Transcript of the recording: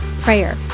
prayer